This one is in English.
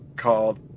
called